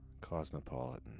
Cosmopolitan